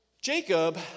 Jacob